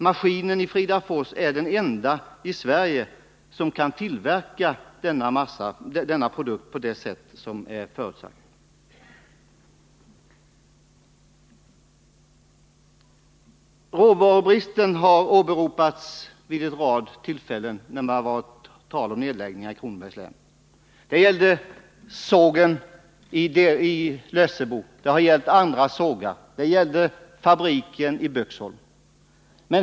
Maskinen i Fridafors är den enda i Sverige som kan tillverka denna produkt på detta speciella sätt. Råvarubristen har åberopa nedläggningar i Kronobergs län. Det gällde sågen i Lessebo, och det har gällt andra sågar. Och det gällde fabriken i Böksholm.